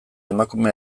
emakume